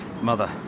Mother